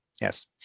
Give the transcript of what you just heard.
yes